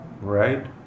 right